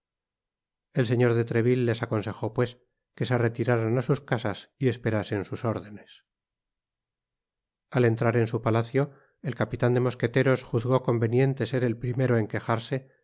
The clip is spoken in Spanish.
el señor de treville les aconsejó pues que se retiraran á sus casas y esperasen sus órdenes al entrar eusu palacio el capitan de mosqueteros juzgó conveniente ser el primero en quejarse